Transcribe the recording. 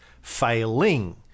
failing